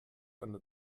eine